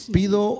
pido